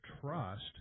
trust